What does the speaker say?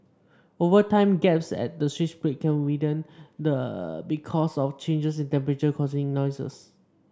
over time gaps at the switch plate can widen the because of changes in temperature causing noise